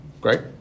Great